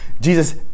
Jesus